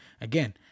again